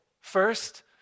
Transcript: First